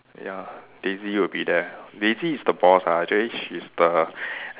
ya Daisy will be there Daisy is the boss lah actually she's the